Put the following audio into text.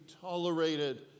tolerated